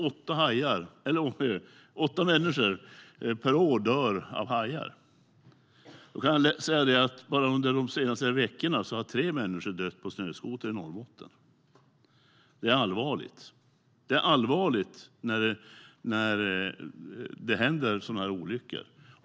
Han sa att åtta människor per år blir dödade av hajar. Då kan jag säga att bara under de senaste veckorna har tre människor dött i snöskoterolyckor i Norrbotten. Det är allvarligt när det händer sådana olyckor.